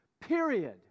period